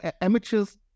amateurs